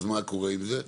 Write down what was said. אז מה קורה עם זה?